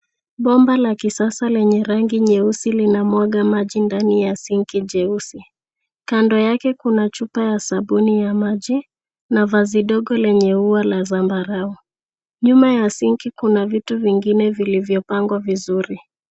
Bomba la kisasa lenye rangi nyeusi, linamwaga maji ndani ya sinki jeusi. Kando yake kuna chupa ya sabuni ya maji na vazi dogo lenye ua la zambarau. Nyuma ya sinki kuna vitu vingina vilivyopangwa vizuri.